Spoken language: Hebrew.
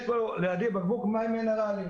יש לידי פה בקבוק מים מינרליים.